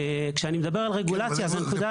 כשאני מדבר על רגולציה זו נקודה --- כן,